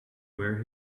wear